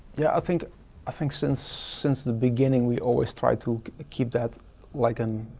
yeah think ah think since since the beginning, we always tried to keep that like and